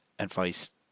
Advice